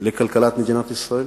לכלכלת מדינת ישראל.